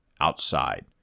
outside